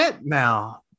Now